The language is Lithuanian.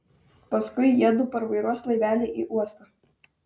paskui jiedu parvairuos laivelį į uostą